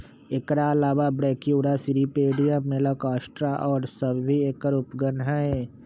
एकर अलावा Brachyura, Cirripedia, Malacostraca और सब भी एकर उपगण हई